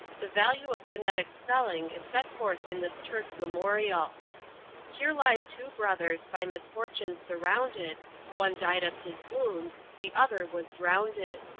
the value of phonetic spelling is set forth in this terse memorial here lies two brothers by misfortune surrounded one died of his wounds, the other was drounded.